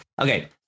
Okay